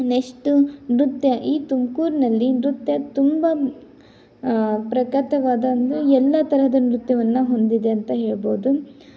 ನೆಷ್ಟು ನೃತ್ಯ ಈ ತುಮ್ಕೂರಿನಲ್ಲಿ ನೃತ್ಯ ತುಂಬ ಪ್ರಖ್ಯಾತವಾದ ಅಂದರೆ ಎಲ್ಲ ಥರದ ನೃತ್ಯವನ್ನು ಹೊಂದಿದೆ ಅಂತ ಹೇಳ್ಬೋದು